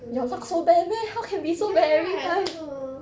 don't know leh ya I also don't know